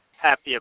Happy